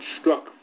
struck